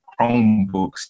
Chromebooks